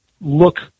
look